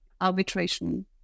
arbitration